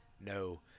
no